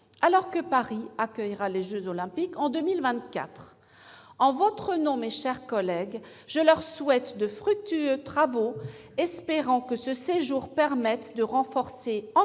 alors que Paris accueillera les jeux Olympiques en 2024. En votre nom, mes chers collègues, je leur souhaite de fructueux travaux, espérant que ce séjour permette de renforcer